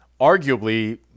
arguably